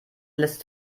lässt